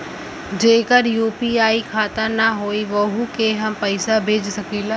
जेकर यू.पी.आई खाता ना होई वोहू के हम पैसा भेज सकीला?